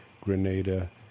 Grenada